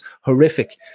horrific